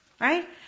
right